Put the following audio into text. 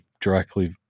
directly